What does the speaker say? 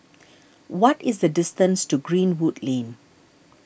what is the distance to Greenwood Lane